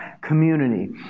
community